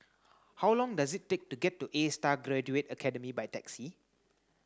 how long does it take to get to A Star Graduate Academy by taxi